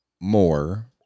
more